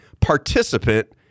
participant